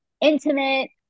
intimate